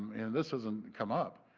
and this doesn't come up,